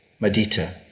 Medita